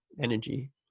energy